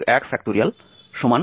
তাই 21